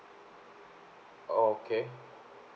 okay